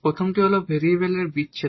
প্রথমটি হল ভেরিয়েবলের বিচ্ছেদ